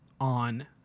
on